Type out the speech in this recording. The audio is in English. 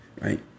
right